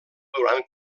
durant